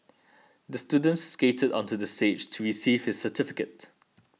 the student skated onto the stage to receive his certificate